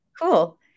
Cool